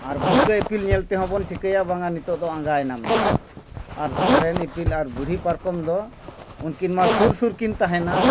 ᱟᱨ ᱵᱷᱩᱨᱠᱟᱹᱜ ᱤᱯᱤᱞ ᱧᱮᱞ ᱛᱮᱦᱚᱸ ᱵᱚᱱ ᱴᱷᱤᱠᱟᱹᱭᱟ ᱵᱟᱝᱟ ᱱᱤᱛᱳᱜ ᱫᱚ ᱟᱸᱜᱟᱭᱮᱱᱟ ᱢᱮᱱᱛᱮ ᱟᱨ ᱥᱚᱨᱮᱱ ᱤᱯᱤᱞ ᱟᱨ ᱵᱩᱲᱦᱤ ᱯᱟᱨᱠᱚᱢ ᱫᱚ ᱩᱱᱠᱤᱱ ᱢᱟ ᱥᱩᱨ ᱥᱩᱨ ᱠᱤᱱ ᱛᱟᱦᱮᱱᱟ